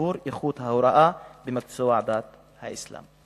שיפור איכות ההוראה במקצוע דת האסלאם.